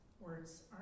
words